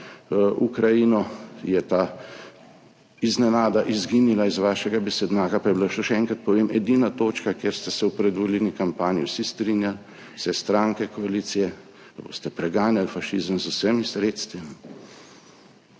Ukrajino, je ta iznenada izginila iz vašega besednjaka, pa je bila, še enkrat povem, edina točka, kjer ste se v predvolilni kampanji vsi strinjali, vse stranke koalicije – da boste preganjali fašizem z vsemi sredstvi.